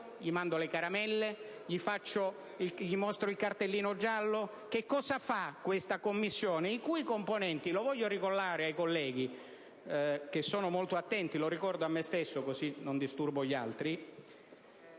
le mando le caramelle, le mostro il cartellino giallo? Cosa fa questa Commissione, i cui componenti - lo voglio ricordare ai colleghi, ma forse è meglio che lo ricordi a me stesso, così non disturbo gli altri